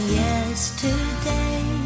yesterday